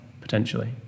potentially